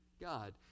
God